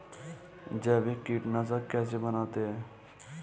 जैविक कीटनाशक कैसे बनाते हैं?